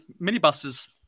minibuses